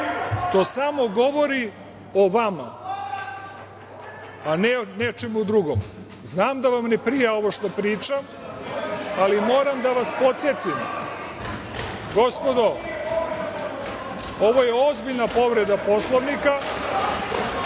to samo govori o vama, a ne o nečemu drugom. Znam da vam ne prija ovo što pričam, ali moram da vas podsetim, gospodo, ovo je ozbiljna povreda Poslovnika,